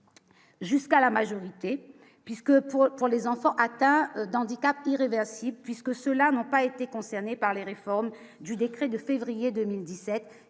Jusqu'à la majorité puisque pour pour les enfants atteints d'handicap irréversible, puisque cela n'ont pas été concernés par les réformes du décret de février 2017